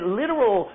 literal